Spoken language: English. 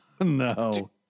No